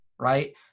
Right